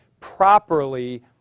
properly